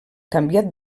canviat